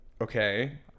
okay